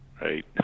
right